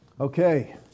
Okay